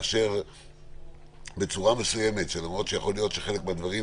המשמעות של ההחלטה